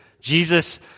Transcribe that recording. Jesus